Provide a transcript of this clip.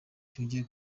cyongeye